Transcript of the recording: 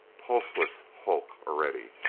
pulseless hulk already.